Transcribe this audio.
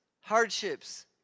hardships